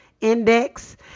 Index